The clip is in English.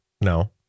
No